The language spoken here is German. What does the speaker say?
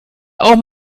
auch